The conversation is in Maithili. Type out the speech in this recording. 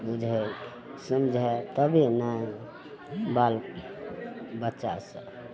बुझय छै समझय तबे ने बाल बच्चासब